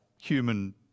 human